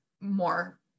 more